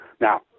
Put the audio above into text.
Now